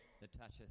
Natasha